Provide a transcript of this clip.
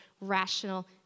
rational